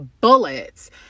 bullets